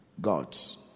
God's